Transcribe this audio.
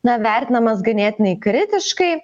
na vertinamas ganėtinai kritiškai